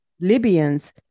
Libyans